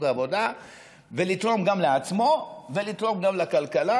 העבודה ולתרום גם לעצמו ולתרום גם לכלכלה,